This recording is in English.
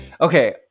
Okay